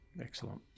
Excellent